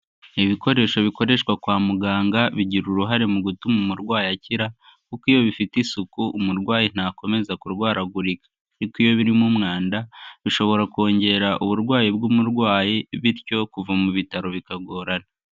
Ibikoresho bikoreshwa kwa muganga bigira uruhare mu gutuma umurwayi akira kuko iyo bifite isuku umurwayi ntakomeza kurwaragurika, ariko iyo birimo umwanda bishobora kongera uburwayi bw'umurwayi bityo kuva mu bitaro bikagorana.